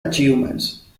achievements